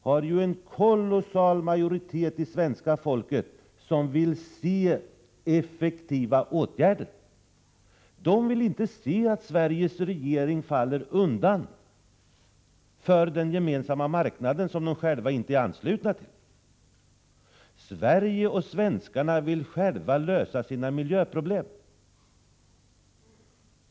har ju en kolossal majoritet hos svenska folket som vill se effektiva åtgärder. De vill inte se Sveriges regering falla undan för den gemensamma marknaden som de själva inte är anslutna till. Sverige och svenskarna vill själva lösa sina miljöproblem.